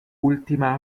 ultima